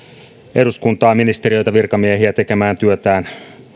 eduskuntaa ministeriöitä ja virkamiehiä tekemään työtään